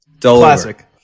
Classic